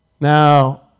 Now